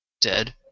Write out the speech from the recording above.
Dead